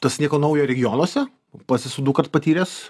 tas nieko naujo regionuose pats esu dukart patyręs